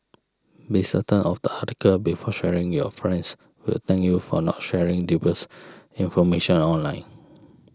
be certain of the article before sharing your friends will thank you for not sharing dubious information online